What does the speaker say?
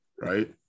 right